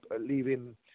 leaving